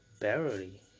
barely